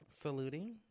Saluting